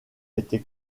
été